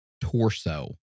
torso